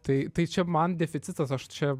tai tai čia man deficitas aš čia